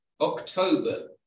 October